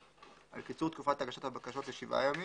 על קיצור תקופת הגשת הבקשות לשבעה ימים,